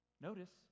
Notice